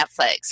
Netflix